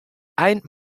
ein